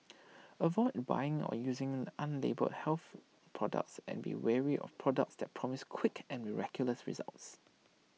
avoid buying or using unlabelled health products and be wary of products that promise quick and miraculous results